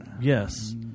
Yes